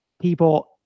people